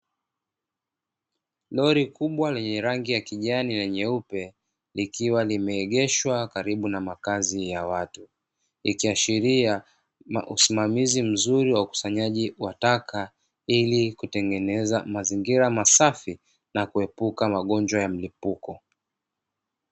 Lori kubwa lenye rangi ya kijani na nyeupe, likiwa limeegeshwa karibu na makazi ya watu, ikiashiria na usimamizi mzuri wa ukusanyaji wa taka, ili kutengeneza mazingira masafi na kuepuka magonjwa ya mlipuko.